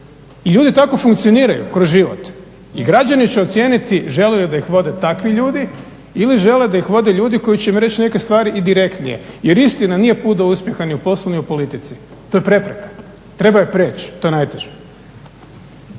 I ljudi tako funkcioniraju… kroz život i građani će ocijeniti žele li da ih vode takvi ljudi ili žele da ih vode ljudi koji će im reći neke stvari i direktnije. Jer istina nije put do uspjeha ni u poslu ni u politici, to je prepreka. Treba je prijeći, to je najteže.